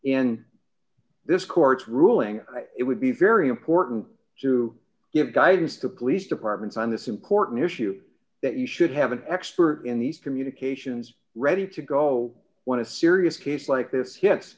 in this court's ruling it would be very important to give guidance to police departments on this important issue that you should have an expert in these communications ready to go when a serious case like this hi